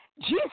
Jesus